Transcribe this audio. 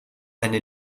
eine